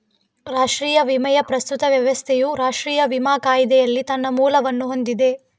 ರಾಷ್ಟ್ರೀಯ ವಿಮೆಯ ಪ್ರಸ್ತುತ ವ್ಯವಸ್ಥೆಯು ರಾಷ್ಟ್ರೀಯ ವಿಮಾ ಕಾಯಿದೆಯಲ್ಲಿ ತನ್ನ ಮೂಲವನ್ನು ಹೊಂದಿದೆ